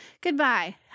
goodbye